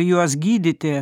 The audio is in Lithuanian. juos gydyti